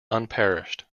unparished